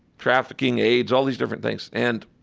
trafficking, aids, all these different things. and